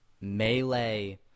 Melee